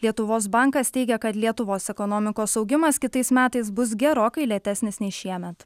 lietuvos bankas teigia kad lietuvos ekonomikos augimas kitais metais bus gerokai lėtesnis nei šiemet